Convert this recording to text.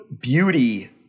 beauty